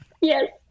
Yes